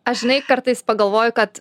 aš žinai kartais pagalvoju kad